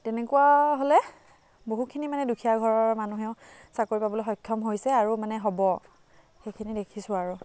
তেনেকুৱা হ'লে বহুখিনি মানে দুখীয়া ঘৰৰ মানুহেও চাকৰি পাবলৈ সক্ষম হৈছে আৰু মানে হ'ব সেইখিনি দেখিছোঁ আৰু